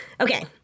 Okay